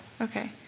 okay